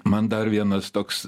man dar vienas toks